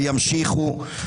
וימשיכו,